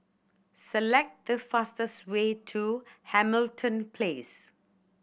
select the fastest way to Hamilton Place